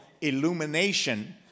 illumination